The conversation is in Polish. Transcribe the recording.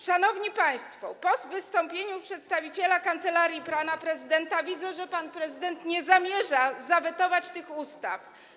Szanowni państwo, po wystąpieniu przedstawiciela kancelarii pana prezydenta widzę, że pan prezydent nie zamierza zawetować tych ustaw.